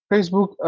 Facebook